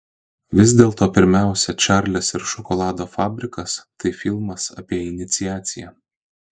vis dėlto pirmiausia čarlis ir šokolado fabrikas tai filmas apie iniciaciją